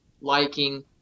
liking